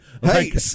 Hey